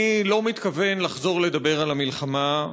אני לא מתכוון לחזור לדבר על המלחמה,